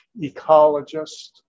ecologist